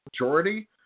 majority